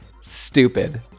Stupid